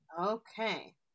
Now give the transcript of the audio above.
Okay